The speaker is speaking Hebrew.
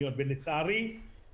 ונהגי מוניות הם דין ספציפי לעניין הזה.